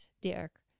Dirk